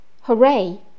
Hooray